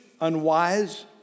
unwise